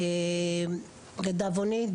לדאבוני,